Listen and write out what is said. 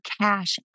cash